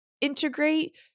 integrate